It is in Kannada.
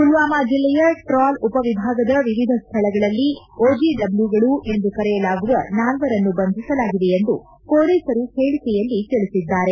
ಪುಲ್ವಾಮ ಜಿಲ್ಲೆಯ ಟ್ರಾಲ್ ಉಪವಿಭಾಗದ ವಿವಿಧ ಸ್ವಳಗಳಲ್ಲಿ ಓಜಿ ಡಬ್ಲೊಗಳು ಎಂದು ಕರೆಯಲಾಗುವ ನಾಲ್ವರನ್ನು ಬಂಧಿಸಲಾಗಿದೆ ಎಂದು ಪೊಲೀಸರು ಹೇಳಕೆಯಲ್ಲಿ ತಿಳಿಸಿದ್ದಾರೆ